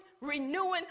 renewing